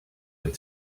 with